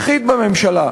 היחיד בממשלה,